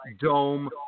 dome